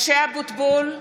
משה אבוטבול,